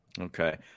Okay